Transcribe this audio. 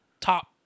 top